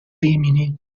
rimini